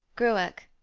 gruach,